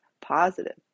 positive